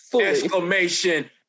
Exclamation